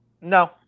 No